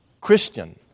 Christian